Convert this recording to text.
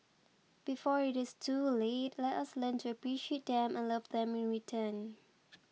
before it is too late let us learn to appreciate them and love them in return